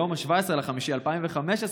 "ביום 17.5.2015,